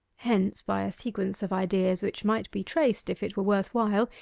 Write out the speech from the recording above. hence by a sequence of ideas which might be traced if it were worth while,